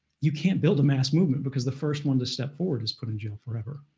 you can't build a mass movement, because the first one to step forward is put in jail forever.